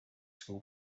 school